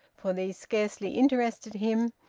for these scarcely interested him,